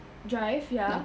drive ya